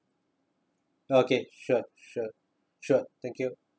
okay sure sure sure thank you